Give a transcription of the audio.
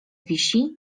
wisi